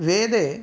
वेदे